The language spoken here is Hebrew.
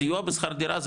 סיוע בשכר דירה,